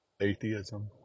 atheism